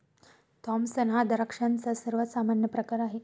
Thompson हा द्राक्षांचा सर्वात सामान्य प्रकार आहे